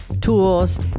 tools